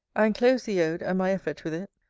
i enclose the ode, and my effort with it.